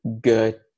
Good